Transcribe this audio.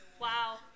Wow